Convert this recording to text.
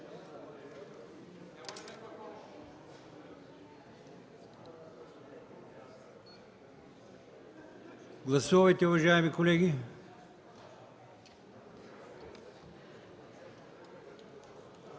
Гласувайте, уважаеми колеги.